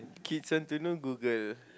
kids want to know Google